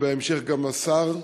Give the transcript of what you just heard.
ובהמשך גם השר.